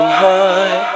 high